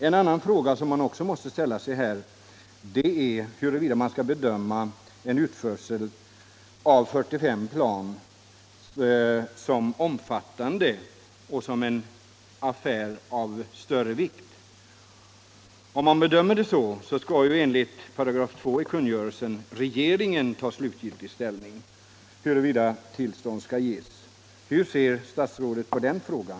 En annan fråga som måste ställas här om inte utförsel av 45 flygplan skall betraktas som omfattande och anses vara en affär av större vikt. Om man bedömer frågan så, skall enligt 2§ i kungörelsen regeringen ta slutgiltig ställning till huruvida tillstånd skall ges. Hur ser statsrådet på den frågan?